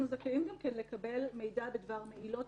אנחנו זכאים גם לקבל מידע בדבר מעילות